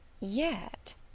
Yet